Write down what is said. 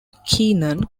keenan